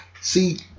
See